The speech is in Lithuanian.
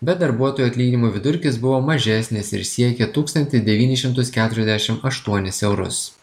bet darbuotojų atlyginimų vidurkis buvo mažesnis ir siekia tūkstantį devynis šimtus keturiasdešim aštuonis eurus